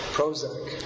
Prozac